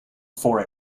for